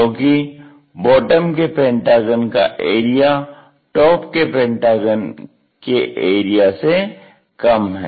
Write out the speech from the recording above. क्योंकि बॉटम के पेंटागन का एरिया टॉप के पेंटागन के एरिया से कम है